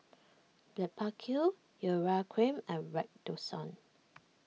Blephagel Urea Cream and Redoxon